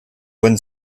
one